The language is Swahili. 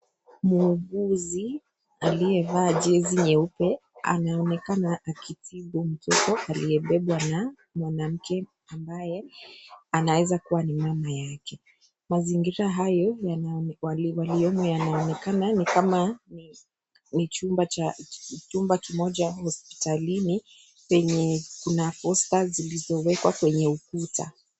Muguzi aliyevaa jezi nyeupe anaonekana akitibu mtoto aliyebebwa na mwanamke ambaye anaweza kuwa ni mama yake. Mazingira hayo waliyomo yanaonekana ni kama ni chumba kimoja hospitalini chenye kina posta zilizowekwa kwenye ukuta.